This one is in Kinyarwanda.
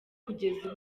kugeza